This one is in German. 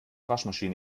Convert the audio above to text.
waschmaschine